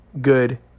good